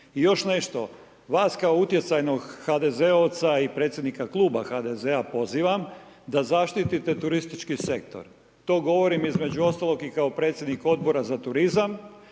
I još nešto, vas kao utjecajnog HDZ-ovca i predsjednika Kluba HDZ-a pozivam da zaštitite turistički sektor. To govorim, između ostalog i kao predsjednik Odbora za turizam,